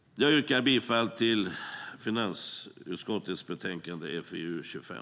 Jag yrkar bifall till förslaget i finansutskottets betänkande FiU25.